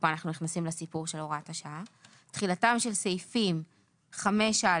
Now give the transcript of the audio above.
תחילתם של סעיפים 5א,